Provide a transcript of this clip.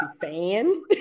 fan